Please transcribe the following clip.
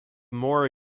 more